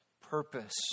purpose